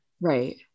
Right